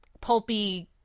pulpy